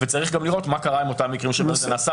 וצריך גם לראות מה קרה עם אותם מקרים שבהם זה נעשה,